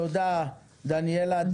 תודה דניאלה.